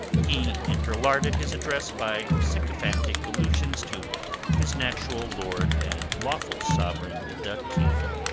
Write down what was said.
he interlarded his address by sycophantic allusions to his natural lord and lawful sovereign, the king,